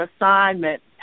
assignment